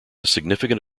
significant